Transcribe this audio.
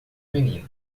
menino